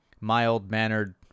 mild-mannered